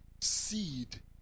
Seed